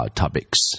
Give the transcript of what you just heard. topics